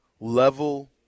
level